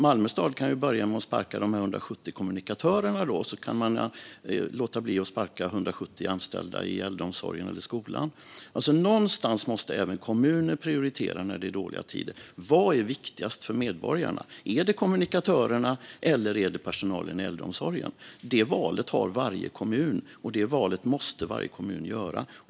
Malmö stad kan ju börja med att sparka sina 170 kommunikatörer, så kan man låta bli att sparka 170 anställda i äldreomsorgen eller skolan. Någonstans måste även kommuner prioritera när det är dåliga tider. Vad är viktigast för medborgarna? Är det kommunikatörerna, eller är det personalen i äldreomsorgen? Det valet har varje kommun, och det valet måste varje kommun göra.